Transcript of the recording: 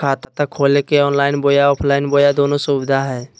खाता खोले के ऑनलाइन बोया ऑफलाइन बोया दोनो सुविधा है?